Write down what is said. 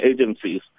agencies